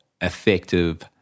effective